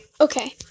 Okay